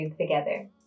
together